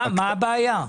מה הבעיה?